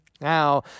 now